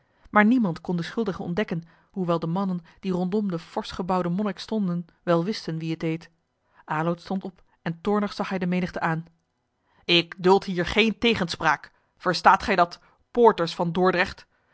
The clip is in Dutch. maar niemand kon den schuldige ontdekken hoewel de mannen die rondom den forsch gebouwden monnik stonden wel wisten wie het deed aloud stond op en toornig zag hij de menigte aan ik duld hier geen tegenspraak verstaat gij dat poorters van dordrecht